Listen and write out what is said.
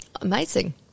Amazing